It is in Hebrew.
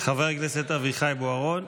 חבר הכנסת אביחי בוארון.